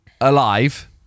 alive